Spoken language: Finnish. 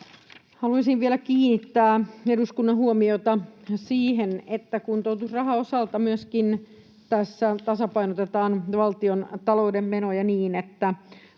Haluaisin vielä kiinnittää eduskunnan huomiota siihen, että kuntoutusrahan osalta myöskin tässä tasapainotetaan valtiontalouden menoja niin, että